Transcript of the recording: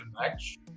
match